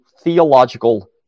theological